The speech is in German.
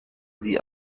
sie